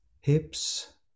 hips